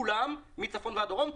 כולם מצפון ועד דרום,